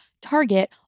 Target